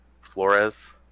Flores